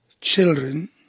children